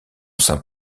saint